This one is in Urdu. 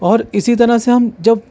اور اسی طرح سے ہم جب